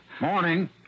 Morning